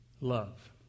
love